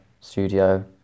studio